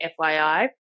FYI